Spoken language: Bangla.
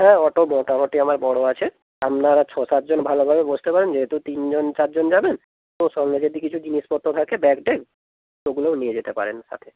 হ্যাঁ অটো মোটামোটি আমার বড় আছে আপনারা ছ সাতজন ভালোভাবে বসতে পারেন যেহেতু তিনজন চারজন যাবেন তো সঙ্গে যদি কিছু জিনিসপত্র থাকে ব্যাগ ট্যাগ ওগুলোও নিয়ে যেতে পারেন সাথে